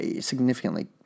significantly